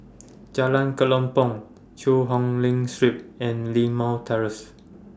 Jalan Kelempong Cheang Hong Lim Street and Limau Terrace